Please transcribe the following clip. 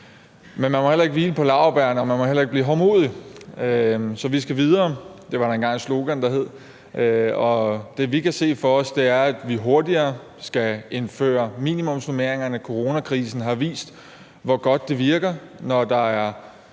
Men man må ikke hvile på laurbærrene, og man må heller ikke blive hovmodig, så vi skal videre. Det var der engang et slogan, der hed. Og det, vi kan se for os, er, at vi hurtigere skal indføre minimumsnormeringerne. Coronakrisen har vist, hvor godt det virker, når der er